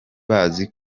bazi